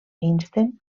einstein